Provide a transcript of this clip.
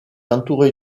entourée